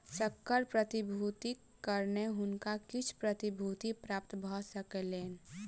संकर प्रतिभूतिक कारणेँ हुनका किछ प्रतिभूति प्राप्त भ सकलैन